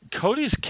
Cody's